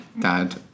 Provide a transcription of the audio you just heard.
dad